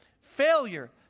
Failure